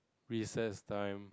recess time